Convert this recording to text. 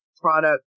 product